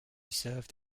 served